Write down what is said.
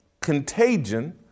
contagion